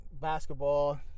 basketball